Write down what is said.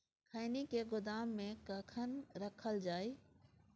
खैनी के गोदाम में कखन रखल जाय?